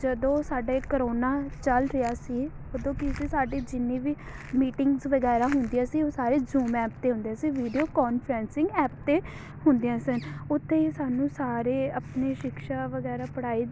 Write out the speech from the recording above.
ਜਦੋਂ ਸਾਡੇ ਕਰੋਨਾ ਚੱਲ ਰਿਹਾ ਸੀ ਉਦੋਂ ਕੀ ਸੀ ਸਾਡੀ ਜਿੰਨੀ ਵੀ ਮੀਟਿੰਗਸ ਵਗੈਰਾ ਹੁੰਦੀਆਂ ਸੀ ਉਹ ਸਾਰੇ ਜੂਮ ਐਪ 'ਤੇ ਹੁੰਦੇ ਸੀ ਵੀਡੀਓ ਕੋਂਨਫਰੈਂਸਿੰਗ ਐਪ 'ਤੇ ਹੁੰਦੀਆਂ ਸਨ ਉੱਥੇ ਹੀ ਸਾਨੂੰ ਸਾਰੇ ਆਪਣੇ ਸ਼ਿਕਸ਼ਾ ਵਗੈਰਾ ਪੜ੍ਹਾਈ